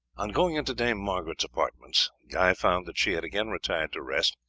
on going into dame margaret's apartments guy found that she had again retired to rest,